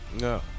No